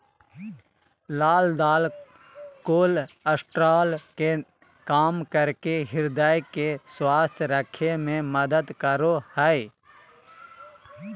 लाल दाल कोलेस्ट्रॉल के कम करके हृदय के स्वस्थ रखे में मदद करो हइ